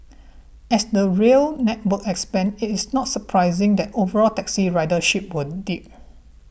as the rail network expands it is not surprising that overall taxi ridership will dip